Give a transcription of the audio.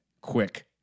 quick